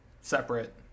separate